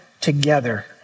together